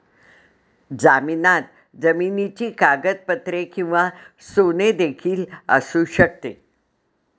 जामिनात जमिनीची कागदपत्रे किंवा सोने देखील असू शकते